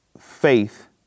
faith